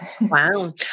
Wow